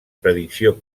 predicció